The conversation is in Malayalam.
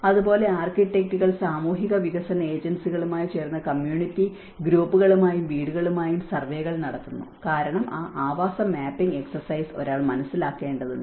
അതുപോലെ ആർക്കിടെക്റ്റുകൾ സാമൂഹിക വികസന ഏജൻസികളുമായി ചേർന്ന് കമ്മ്യൂണിറ്റി ഗ്രൂപ്പുകളുമായും വീടുമായും സർവേകൾ നടത്തുന്നു കാരണം ആ ആവാസ മാപ്പിംഗ് എക്സ്സർസൈസ് ഒരാൾ മനസ്സിലാക്കേണ്ടതുണ്ട്